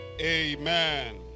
Amen